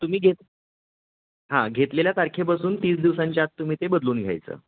तुम्ही घेत हां घेतलेल्या तारखेपासून तीस दिवसांच्या आत तुम्ही ते बदलून घ्यायचं